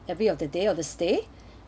every of the day of this stay